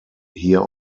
here